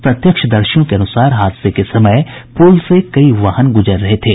प्रत्यक्षदर्शियों के अनुसार हादसे के समय पुल से कई वाहन गुजर रहे थे